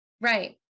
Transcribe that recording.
Right